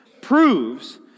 proves